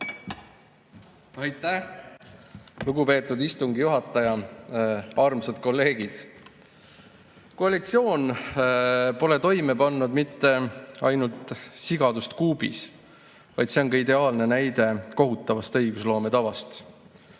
Aitäh, lugupeetud istungi juhataja! Armsad kolleegid! Koalitsioon pole toime pannud mitte ainult sigadust kuubis, vaid see on ka ideaalne näide kohutavast õigusloome tavast.